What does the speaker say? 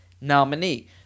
nominee